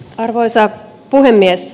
arvoisa puhemies